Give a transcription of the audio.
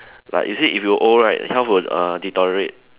like is it if you old right health uh will deteriorate